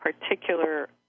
particular